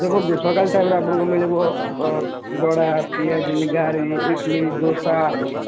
ଦେଖନ୍ତୁ ସକାଳ ଟାଇମ୍ରେ ଆପଣଙ୍କୁ ମିଳିବ ବଡ଼ା ପିଆଜି ଇଟିଲି ଦୋସା